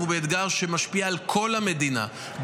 אנחנו באתגר שמשפיע על כל המדינה,